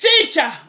teacher